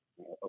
okay